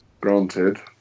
granted